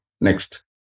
Next